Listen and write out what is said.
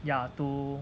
ya to